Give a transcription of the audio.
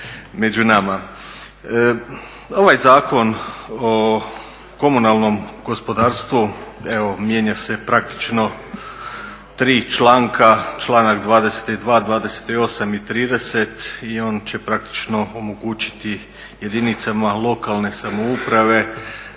među nama. Ovaj Zakon o komunalnom gospodarstvu, evo mijenja se praktično tri članka, članak 22., 28. i 30., i on će praktično omogućiti jedinicama lokalne samouprave